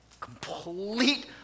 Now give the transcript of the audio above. Complete